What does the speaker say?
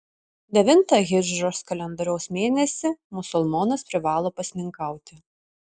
devintą hidžros kalendoriaus mėnesį musulmonas privalo pasninkauti